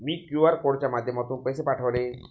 मी QR कोडच्या माध्यमातून पैसे पाठवले